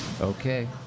Okay